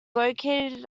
located